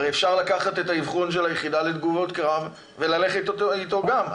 הרי אפשר לקחת את האבחון של היחידה לתגובות קרב וללכת איתו גם.